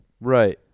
Right